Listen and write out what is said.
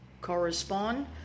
correspond